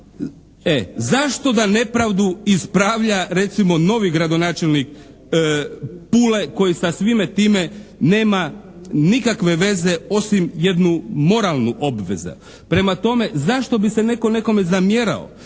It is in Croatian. Zašto da nepravdu ispravlja recimo novi gradonačelnik Pule koji sa svime time nema nikakve veze osim jednu moralnu obvezu. Prema tome zašto bi se netko nekome zamjerao,